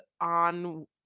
on